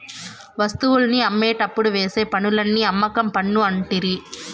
వస్తువుల్ని అమ్మేటప్పుడు వేసే పన్నుని అమ్మకం పన్ను అంటిరి